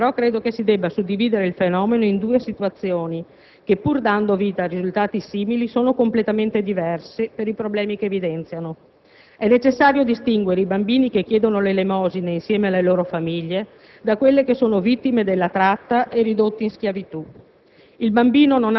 Innanzitutto però, credo che si debba suddividere il fenomeno in due situazioni che, pur dando vita a risultati simili, sono completamente diverse per i problemi che evidenziano. È necessario distinguere i bambini che chiedono l'elemosina insieme alle loro famiglie da quelli che sono vittime della tratta e ridotti in schiavitù.